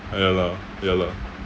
ah ya lah ya lah